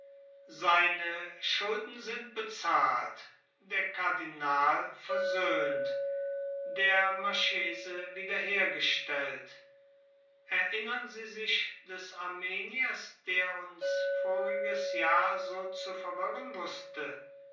seine schulden sind bezahlt der kardinal versöhnt der marchese wieder hergestellt erinnern sie sich des armeniers der uns voriges jahr so zu verwirren wußte